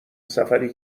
سفری